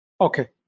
okay